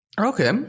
Okay